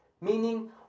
meaning